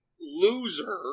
Loser